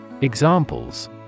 Examples